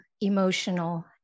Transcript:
emotional